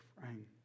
frame